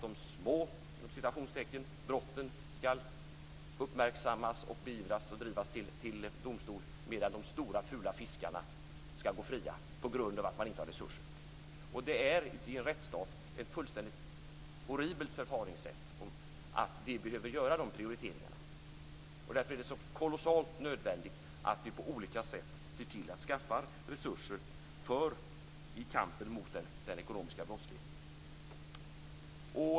De "små" brotten ska uppmärksammas, beivras och drivas till domstol, medan de stora fula fiskarna ska gå fria på grund av att man inte har resurser. Det är i en rättsstat ett fullständigt horribelt förfaringssätt att vi behöver göra de prioriteringarna. Därför är det så kolossalt nödvändigt att vi på olika sätt ser till att skaffa resurser till kampen mot den ekonomiska brottsligheten.